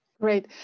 Great